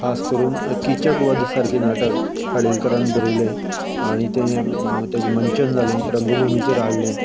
खास करून किचक वध सारके नाटक खाडीलकरान बरयलें आनी तें तेजें मंचन जालें रंगभुमीचेर हाडलें